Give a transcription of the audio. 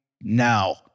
now